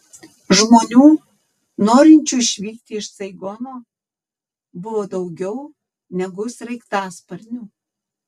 žmonių norinčių išvykti iš saigono buvo daugiau negu sraigtasparnių